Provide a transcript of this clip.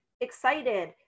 excited